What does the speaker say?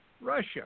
Russia